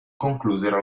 conclusero